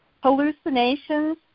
Hallucinations